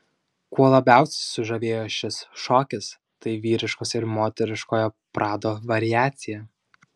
kuo labiausiai sužavėjo šis šokis tai vyriškos ir moteriškojo prado variacija